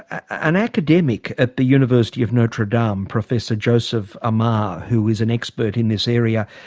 an academic at the university of notre dame, um professor joseph amar who is an expert in this area,